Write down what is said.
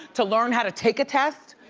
to learn how to take a test.